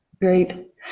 Great